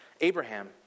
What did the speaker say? Abraham